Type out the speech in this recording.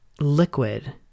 liquid